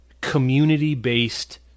community-based